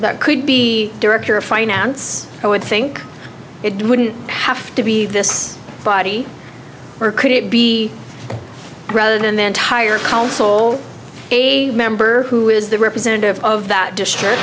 that could be director of finance i would think it wouldn't have to be this body or could it be rather than the entire council a member who is the representative of that